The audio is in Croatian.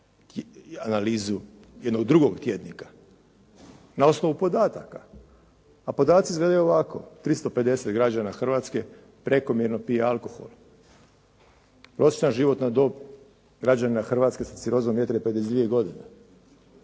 analizu jednog drugog tjednika na osnovu podataka, a podaci izgledaju ovako. 350 građana Hrvatske prekomjerno pije alkohol. Prosječna životna dob građanina Hrvatske s cirozom jetre je 52 godine.